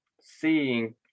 seeing